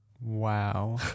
Wow